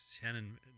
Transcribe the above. Shannon